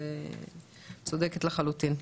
את צודקת לחלוטין.